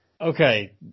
Okay